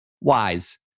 Wise